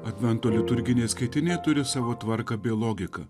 advento liturginiai skaitiniai turi savo tvarką bei logiką